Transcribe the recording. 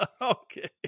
Okay